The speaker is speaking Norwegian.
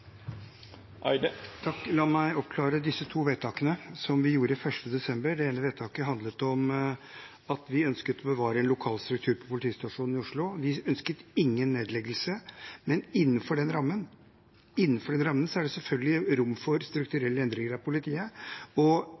La meg oppklare disse to vedtakene vi gjorde 11. desember. Det ene vedtaket handlet om at vi ønsket å bevare en lokal struktur på politistasjonen i Oslo; vi ønsket ingen nedleggelse. Men innenfor den rammen er det selvfølgelig rom for strukturelle endringer av politiet, og